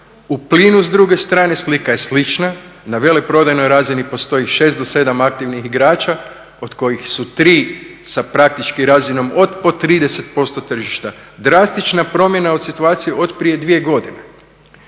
U plinu s druge strane slika je slična. Na veleprodajno razini postoji 6 do 7 aktivnih igrača od kojih su 3 sa praktički razinom od po 30% tržišta. Drastična promjena od situacije od prije 2 godine.